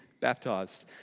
baptized